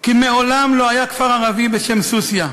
כי מעולם לא היה כפר ערבי בשם סוסיא.